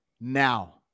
now